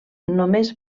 només